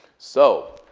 so